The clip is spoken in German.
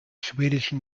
schwedischen